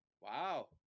wow